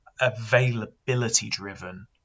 availability-driven